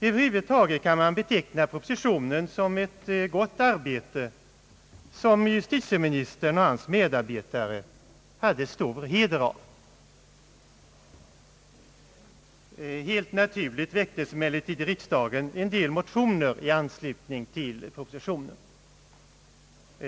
Över huvud taget kan man beteckna propositionen som ett gott arbete, som justitieministern och hans medarbetare hade stor heder av. Helt naturligt väcktes emellertid i riksdagen en del motioner i anslutning till propositionen.